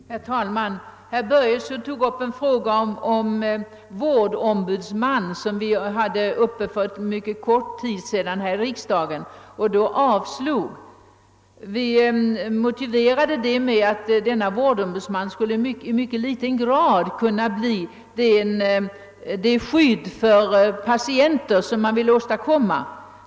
Herr talman! Herr Börjesson i Falköping tog upp kravet på tillsättande av en vårdombudsman som vi för mycket kort tid sedan hade uppe till behandling här i riksdagen men då avslog. Vi motiverade detta med att en vårdombudsman i mycket liten grad skulle kunna fungera som det skydd för patienterna som man vill åstadkomma.